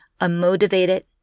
unmotivated